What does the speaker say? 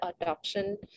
adoption